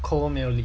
co male lead